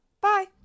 Bye